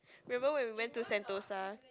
remember when we went to Sentosa